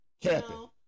Captain